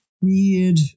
weird